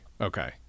Okay